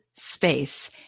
space